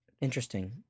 Interesting